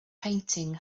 painting